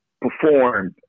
performed